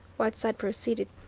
whiteside proceeded,